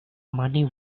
money